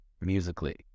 musically